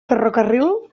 ferrocarril